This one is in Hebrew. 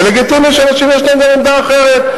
ולגיטימי שלאנשים יש גם עמדה אחרת,